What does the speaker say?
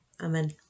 Amen